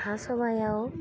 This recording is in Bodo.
हा सबायाव